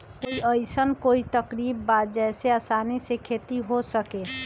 कोई अइसन कोई तरकीब बा जेसे आसानी से खेती हो सके?